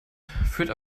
führt